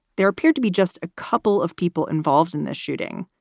there appeared to be just a couple of people involved in this shooting.